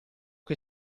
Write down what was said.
che